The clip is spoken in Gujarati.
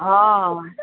હા